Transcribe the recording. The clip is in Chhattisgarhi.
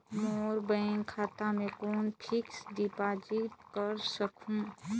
मोर बैंक खाता मे कौन फिक्स्ड डिपॉजिट कर सकहुं?